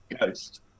Ghost